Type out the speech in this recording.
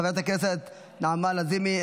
חברת הכנסת נעמה לזימי,